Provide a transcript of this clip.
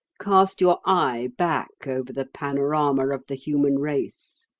cast your eye back over the panorama of the human race.